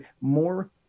more